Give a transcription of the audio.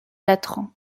latran